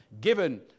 given